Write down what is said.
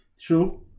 True